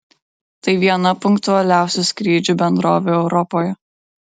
tai viena punktualiausių skrydžių bendrovių europoje